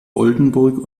oldenburg